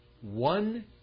one